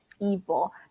evil